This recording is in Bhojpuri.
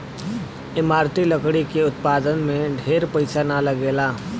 इमारती लकड़ी के उत्पादन में ढेर पईसा ना लगेला